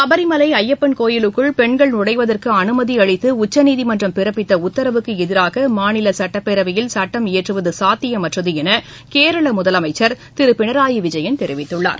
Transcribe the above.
சபரிமலை அய்யப்பன் கோவிலுக்குள் பெண்கள் நழைவதற்கு அனுமதி அளித்து உச்சநீதிமன்றம் பிறப்பித்த உத்தரவுக்கு எதிராக மாநில சட்டப்பேரவையில் சட்டம் இயற்றுவது சாத்தியமற்றது என கேரள முதலமைச்சர் திரு பினராயி விஜயன் தெரிவித்துள்ளார்